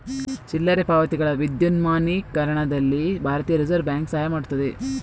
ಚಿಲ್ಲರೆ ಪಾವತಿಗಳ ವಿದ್ಯುನ್ಮಾನೀಕರಣದಲ್ಲಿ ಭಾರತೀಯ ರಿಸರ್ವ್ ಬ್ಯಾಂಕ್ ಸಹಾಯ ಮಾಡುತ್ತದೆ